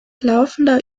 laufender